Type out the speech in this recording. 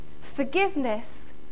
Forgiveness